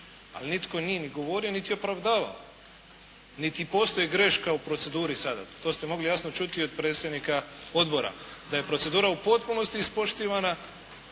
a nitko nije govorio niti opravdava niti postoji greška u proceduri sada. To ste mogli jasno čuti od predsjednika odbora, da je procedura u potpunosti ispoštivana,